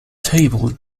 table